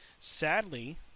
sadly